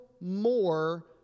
more